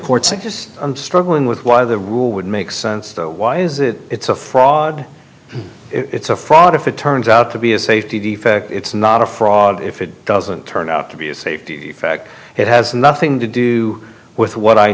courts are just struggling with why the rule would make sense why is it it's a fraud it's a fraud if it turns out to be a safety defect it's not a fraud if it doesn't turn out to be a safety factor it has nothing to do with what i